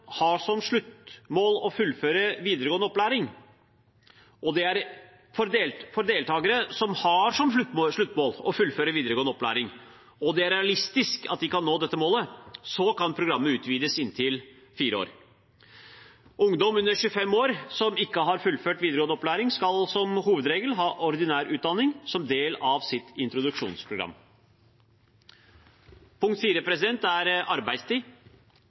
har som sluttmål å fullføre videregående opplæring, og det er realistisk at de kan nå dette målet, kan programmet utvides til inntil fire år. Ungdom under 25 år som ikke har fullført videregående opplæring, skal som hovedregel ha ordinær utdanning som del av sitt introduksjonsprogram. Punkt 4 er arbeidstid.